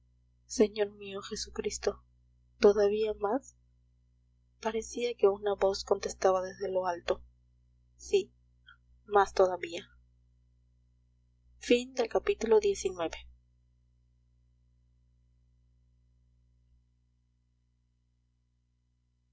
señor mío jesucristo todavía más parecía que una voz contestaba desde lo alto sí más todavía